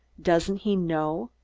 doesn't he know?